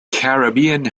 caribbean